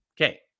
Okay